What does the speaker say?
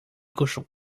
cochons